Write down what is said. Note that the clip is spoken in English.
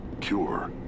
Cure